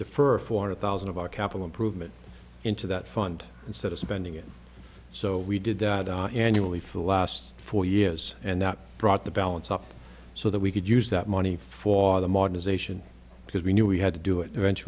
defer four hundred thousand of our capital improvement into that fund instead of spending it so we did that annually for the last four years and that brought the balance up so that we could use that money for the modernization because we knew we had to do it